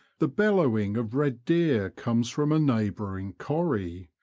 the bellowing of red deer comes from a neighbouring corrie,